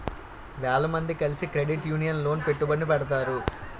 వేల మంది కలిసి క్రెడిట్ యూనియన్ లోన పెట్టుబడిని పెడతారు